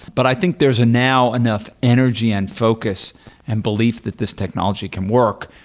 but i think there's a now enough energy and focus and belief that this technology can work,